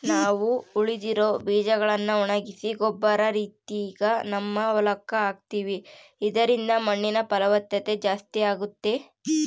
ನಾವು ಉಳಿದಿರೊ ಬೀಜಗಳ್ನ ಒಣಗಿಸಿ ಗೊಬ್ಬರ ರೀತಿಗ ನಮ್ಮ ಹೊಲಕ್ಕ ಹಾಕ್ತಿವಿ ಇದರಿಂದ ಮಣ್ಣಿನ ಫಲವತ್ತತೆ ಜಾಸ್ತಾಗುತ್ತೆ